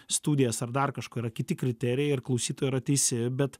studijas ar dar kažko yra kiti kriterijai ir klausytoja yra teisi bet